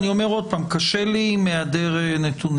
אני אומר שוב שקשה לי עם היעדר נתונים.